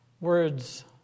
words